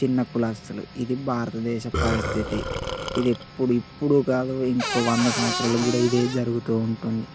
చిన్న కులస్తులు ఇది భారతదేశ పరిస్థితి ఇది ఎప్పుడు ఇప్పుడు కాదు ఇంకో వంద సంవత్సరాలకి కూడా ఇదే జరుగుతూ ఉంటుంది